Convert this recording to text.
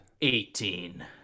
Eighteen